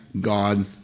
God